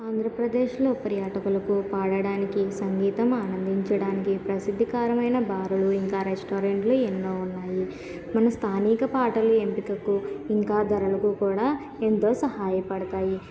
ఆంధ్రప్రదేశ్లో పర్యాటకులకు పాడడానికి సంగీతం ఆనందించడానికి ప్రసిద్ధికరమైన బార్లు ఇంకా రెస్టారెంట్లు ఎన్నో ఉన్నాయి మన స్థానిక పాటలు ఎంపికకు ఇంకా ధరలకు కూడా ఎంతో సహాయపడతాయి